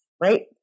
right